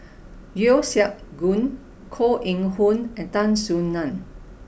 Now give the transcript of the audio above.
Yeo Siak Goon Koh Eng Hoon and Tan Soo Nan